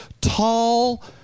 tall